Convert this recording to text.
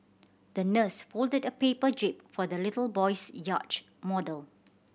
the nurse folded a paper jib for the little boy's model